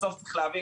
בסוף צריך להבין,